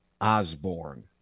Osborne